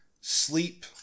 sleep